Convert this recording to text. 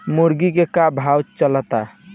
मुर्गा के का भाव चलता?